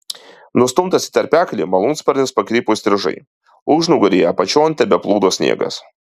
nustumtas į tarpeklį malūnsparnis pakrypo įstrižai užnugaryje apačion tebeplūdo sniegas